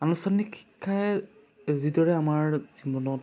আনুষ্ঠানিক শিক্ষাই যিদৰে আমাৰ জীৱনত